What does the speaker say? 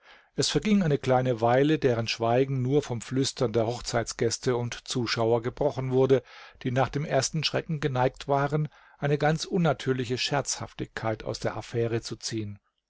es verging eine kleine weile deren schweigen nur vom flüstern der hochzeitsgäste und zuschauer gebrochen wurde die nach dem ersten schrecken geneigt waren eine ganz unnatürliche scherzhaftigkeit aus der affaire zu ziehen